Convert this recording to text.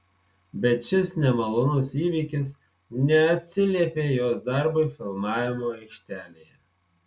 bet šis nemalonus įvykis neatsiliepė jos darbui filmavimo aikštelėje